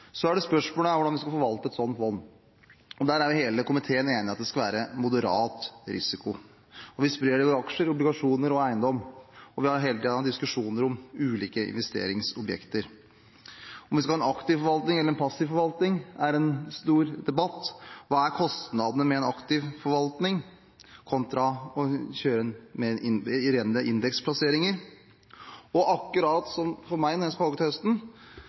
Så er spørsmålet: Hvordan skal vi forvalte et sånt fond? Der er hele komiteen enig om at det skal være moderat risiko. Vi sprer det over aksjer, obligasjoner og eiendom, og vi har hele tiden diskusjoner om ulike investeringsobjekter. Om vi skal ha en aktiv forvaltning eller en passiv forvaltning, er en stor debatt. Hva er kostnadene ved en aktiv forvaltning kontra det å kjøre rene indeksplasseringer? Og akkurat som for meg,